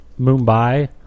Mumbai